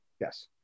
Yes